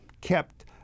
kept